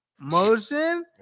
Motion